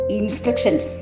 instructions